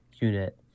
unit